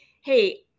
hey